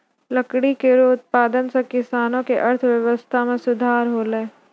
लकड़ी केरो उत्पादन सें किसानो क अर्थव्यवस्था में सुधार हौलय